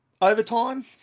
Overtime